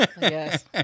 Yes